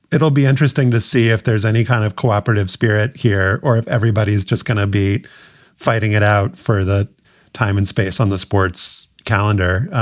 it'll be interesting to see if there's any kind of cooperative spirit here or if everybody is just gonna be fighting it out for that time and space on the sports calendar,